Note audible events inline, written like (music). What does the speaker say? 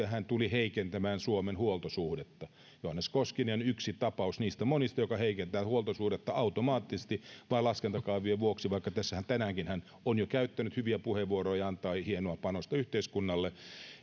(unintelligible) hän tuli heikentämään suomen huoltosuhdetta johannes koskinen yksi tapaus niistä monista jotka heikentävät huoltosuhdetta automaattisesti vain laskentakaavion vuoksi vaikka hän tänäänkin on jo käyttänyt hyviä puheenvuoroja ja antaa hienoa panosta yhteiskunnalle